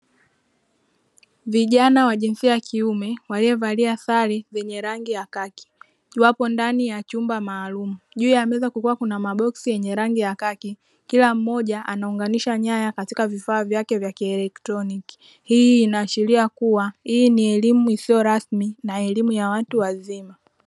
Vijana wa jinsia ya kiume walio valia sare zenye rangi ya kaki, wakiwapo ndani ya chumba maalumu juu ya meza kukiwa kuna maboksi yenye rangi ya kaki kila mmoja anaunganisha nyaya katika vifaa vyake vya kielektroniki, hii inaashiria kuwa hii ni elimu isiyo rasmi na elimu ya watu wazima.